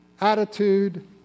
attitude